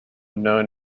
known